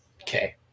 okay